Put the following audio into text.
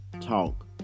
talk